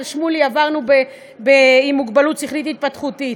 שמולי עברנו עם מוגבלות שכלית התפתחותית,